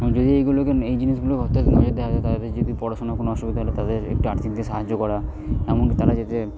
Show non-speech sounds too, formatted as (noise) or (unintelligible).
যদি এইগুলোকে এই জিনিসগুলো হতো (unintelligible) নজর দেওয়া হতো তাদের যদি পড়াশুনোর কোনও অসুবিধা হল তাদের একটু আর্থিক দিক দিয়ে সাহায্য করা এমনকি তারা যাতে